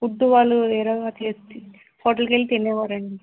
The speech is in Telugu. ఫుడ్ వాళ్ళు వేరే హోటల్కి వెళ్ళి తినేవారండి